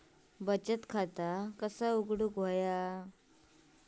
बचत खाता कसा उघडूचा?